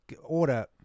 order